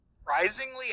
surprisingly